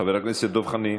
חבר הכנסת דב חנין.